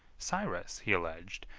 cyrus, he alleged,